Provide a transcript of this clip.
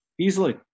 Easily